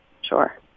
Sure